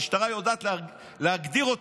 המשטרה יודעת להגדיר אותם.